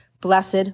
Blessed